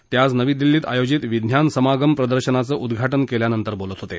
ते आज नवी दिल्लीत आयोजित विज्ञानसमागम प्रदर्शनाचं उद्घाटन केल्यानंतर बोलत होते